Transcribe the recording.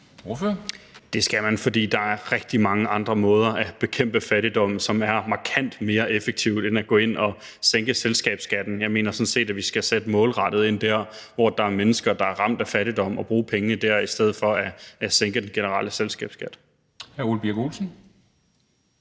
(SF): Det skal man, fordi der er rigtig mange andre måder at bekæmpe fattigdommen på, som er markant mere effektive end at gå ind at sænke selskabsskatten. Jeg mener sådan set, at vi skal sætte målrettet ind der, hvor der er mennesker, der er ramt af fattigdom, og bruge pengene der, i stedet for at sænke den generelle selskabsskat. Kl. 13:15 Formanden